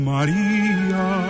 Maria